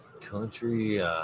Country